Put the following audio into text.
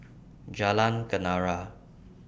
Jalan Kenarah